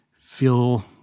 feel